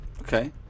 Okay